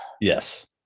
Yes